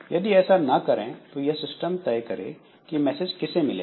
यदि ऐसा ना करें तो सिस्टम यह तय करें कि मैसेज किसे मिलेगा